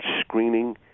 screening